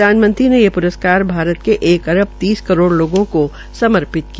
प्रधानमंत्री ने ये प्रस्कार भारत के एक अरब तीस करोड लोगों को समर्पित किया